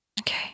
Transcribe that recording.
Okay